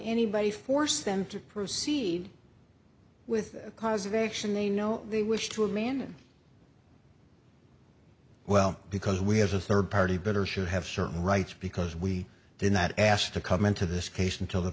anybody force them to proceed with cause variation they know they wish to a man well because we as a third party better should have certain rights because we did not ask to come into this case until the